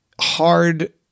hard